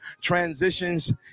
transitions